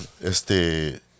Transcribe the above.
este